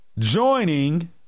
Joining